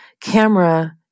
camera